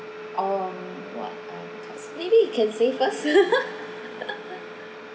um what I invest maybe you can say first